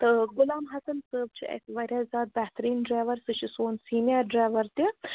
تہٕ غلام حسن صٲب چھُ اَسہِ واریاہ زیادٕ بہتریٖن ڈرٛیوَر سُہ چھِ سون سیٖنِیَر ڈرٛیوَر تہِ